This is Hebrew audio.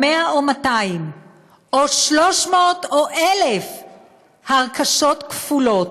או 100 או 200 או 300 או 1,000 הרכשות כפולות,